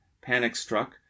panic-struck